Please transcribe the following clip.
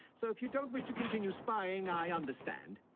so if you don't wish to continue spying i understand